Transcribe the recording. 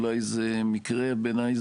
אולי זה מקרה בעיניי,